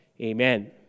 Amen